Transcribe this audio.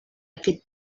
aquest